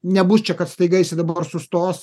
nebus čia kad staiga jisai dabar sustos